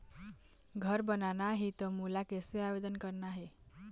घर बनाना ही त मोला कैसे आवेदन करना हे?